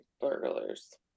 burglars